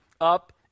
up